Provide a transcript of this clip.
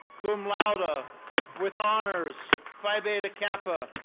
cum laude ah with honors, phi beta kappa.